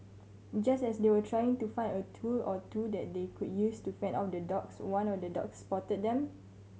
just as they were trying to find a tool or two that they could use to fend off the dogs one of the dogs spotted them